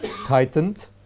tightened